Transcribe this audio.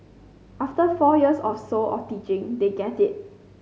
after four years or so of teaching they get it